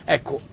Ecco